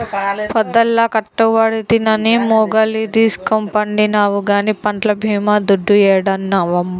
పొద్దల్లా కట్టబడితినని ములగదీస్కపండినావు గానీ పంట్ల బీమా దుడ్డు యేడన్నా